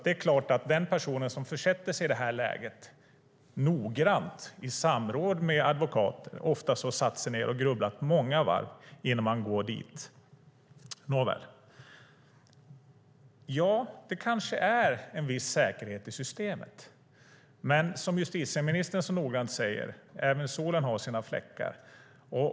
Det är klart att den person som försätter sig i det här läget noggrant och i samråd med advokat har grubblat många varv innan man går dit. Nåväl, det kanske är en viss säkerhet i systemet. Men som justitieministern så noggrant säger, även solen har sina fläckar.